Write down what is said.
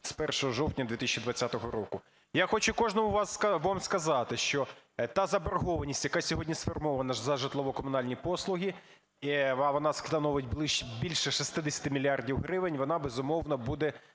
з 1 жовтня 2020 року. Я хочу кожному з вас сказати, що та заборгованість, яка сьогодні сформована за житлово-комунальні послуги, а вона становить більше 60 мільярдів гривень, вона, безумовно, буде